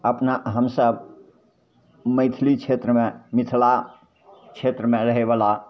अपना हमसभ मैथिली क्षेत्रमे मिथिला क्षेत्रमे रहैवला